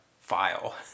file